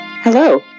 Hello